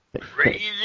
Crazy